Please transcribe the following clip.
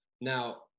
Now